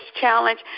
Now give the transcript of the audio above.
challenge